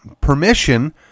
permission